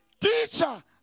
teacher